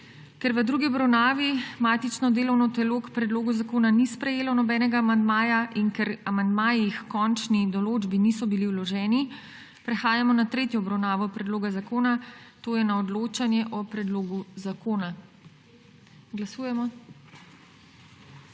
Ker v drugi obravnavi matično delovno telo k predlogu zakona ni sprejelo nobenega amandmaja in ker amandmaji h končni določbi niso bili vloženi, prehajamo na **tretjo obravnavo** predloga zakona, to je na odločanje o predlogu zakona. Glasujemo.